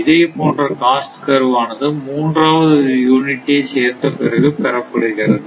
இதேபோன்ற cost curve ஆனது மூன்றாவது ஒரு யூனிட்டை சேர்ந்த பிறகு பெறப்படுகிறது